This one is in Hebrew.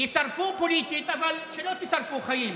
יישרפו פוליטית, אבל שלא תישרפו חיים,